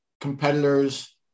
competitors